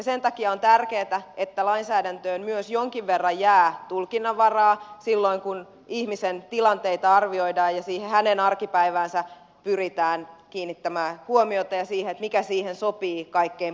sen takia on tärkeätä että lainsäädäntöön jonkin verran jää myös tulkinnanvaraa silloin kun ihmisen tilanteita arvioidaan ja siihen hänen arkipäiväänsä pyritään kiinnittämään huomiota ja siihen mikä siihen sopii kaikkein parhaiten